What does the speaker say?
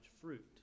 fruit